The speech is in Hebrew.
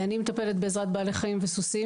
אני מטפלת בעזרת בעלי חיים וסוסים,